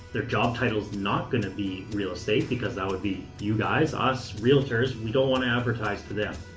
their job title is not going to be real estate, because that would be you guys, us realtors. we don't want to advertise to them.